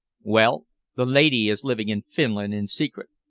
well the lady is living in finland in secret.